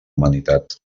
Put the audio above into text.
humanitat